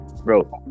bro